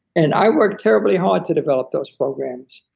and i worked terribly hard to develop those programs.